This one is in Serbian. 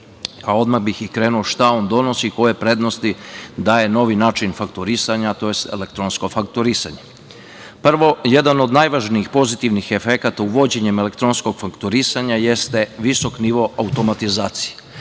Odmah bih i krenuo šta on donosi, koje prednosti daje novi način fakturisanja, tj. elektronsko fakturisanje. Prvo, jedan od najvažnijih pozitivnih efekata uvođenjem elektronskog fakturisanja jeste visok nivo automatizacije.